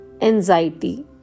anxiety